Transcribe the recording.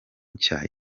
nshya